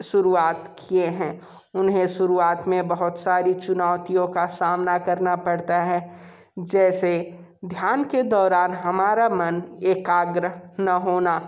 शुरुआत किए हैं उन्हें शुरुआत में बहुत सारी चुनौतियों का सामना करना पड़ता है जैसे ध्यान के दौरान हमारा मन एकाग्र ना होना